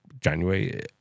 January